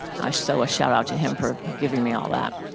so a shout out to him for giving me all that.